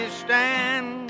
stand